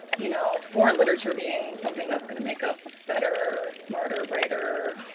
you know foreign literature being something that's gonna make us better, smarter, brighter,